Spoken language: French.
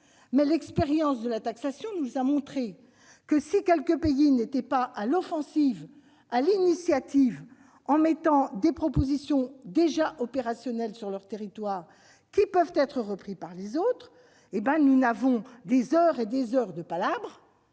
Mais l'expérience de la taxation nous a montré que si quelques pays ne mènent pas l'offensive, avec des propositions déjà opérationnelles sur leur territoire pouvant être reprises par les autres, nous n'aurons que des heures et des heures de palabres